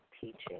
teaching